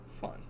Fun